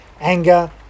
anger